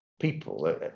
people